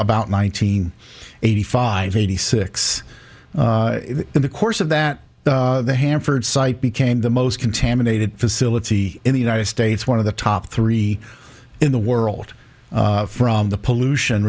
about nineteen eighty five eighty six in the course of that the hanford site became the most contaminated facility in the united states one of the top three in the world from the pollution